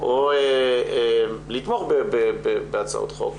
או לתמוך בהצעות חוק,